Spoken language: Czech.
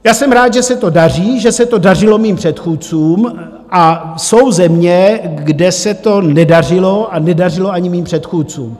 Já jsem rád, že se to daří, že se to dařilo mým předchůdcům, a jsou země, kde se to nedařilo a nedařilo ani mým předchůdcům.